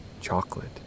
Chocolate